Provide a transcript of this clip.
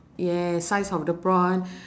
yes size of the prawn